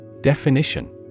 Definition